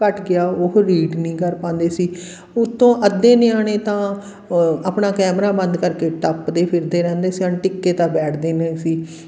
ਘੱਟ ਗਿਆ ਉਹ ਰੀਡ ਨਹੀਂ ਕਰ ਪਾਉਂਦੇ ਸੀ ਉੱਤੋਂ ਅੱਧੇ ਨਿਆਣੇ ਤਾਂ ਆਪਣਾ ਕੈਮਰਾ ਬੰਦ ਕਰਕੇ ਟੱਪਦੇ ਫਿਰਦੇ ਰਹਿੰਦੇ ਸਨ ਟਿੱਕ ਕੇ ਤਾਂ ਬੈਠਦੇ ਨਹੀਂ ਸੀ